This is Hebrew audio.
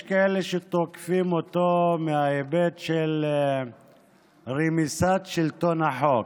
יש כאלה שתוקפים אותו מההיבט של רמיסת שלטון החוק.